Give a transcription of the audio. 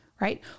right